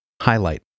highlight